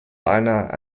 einer